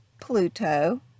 Pluto